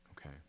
Okay